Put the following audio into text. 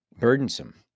burdensome